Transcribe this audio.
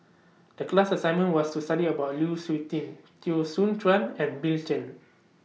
The class assignment was to study about Lu Suitin Teo Soon Chuan and Bill Chen